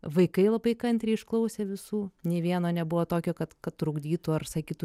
vaikai labai kantriai išklausė visų nei vieno nebuvo tokio kad kad trukdytų ar sakytų